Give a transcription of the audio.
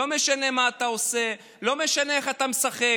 לא משנה מה אתה עושה, לא משנה איך אתה משחק,